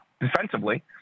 defensively